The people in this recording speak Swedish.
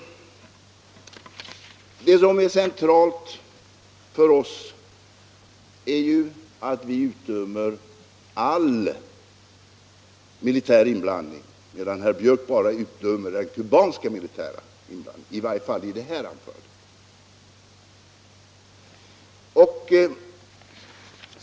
Det som är centralt för oss är ju att vi utdömer all militär inblandning medan herr Björck bara utdömer den kubanska militära inblandningen — i varje fall i det här anförandet.